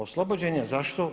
Oslobođen je zašto?